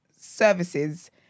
services